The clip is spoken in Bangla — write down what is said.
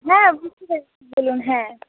হ্যাঁ বুঝতে পেরেছি বলুন হ্যাঁ